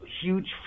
huge